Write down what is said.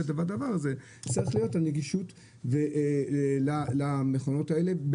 ב' של הדבר הזה צריכה להיות הנגישות למכונות האלה.